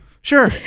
Sure